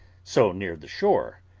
so near the shore,